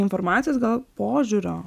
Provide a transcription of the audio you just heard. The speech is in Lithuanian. informacijos gal požiūrio